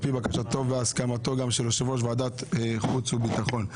על פי בקשתו והסכמתו של יושב ראש ועדת חוץ וביטחון.